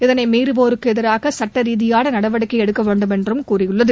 இதனைமீறுவோருக்குஎதிராகசுட்டரீதியானநடவடிக்கைஎடுக்கவேண்டுமென்றும் கூறியுள்ளது